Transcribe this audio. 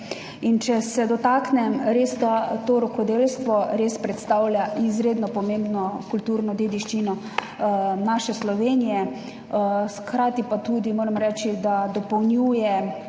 In če se dotaknem, to rokodelstvo res predstavlja izredno pomembno kulturno dediščino naše Slovenije, hkrati pa tudi, moram reči, da dopolnjuje